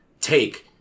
take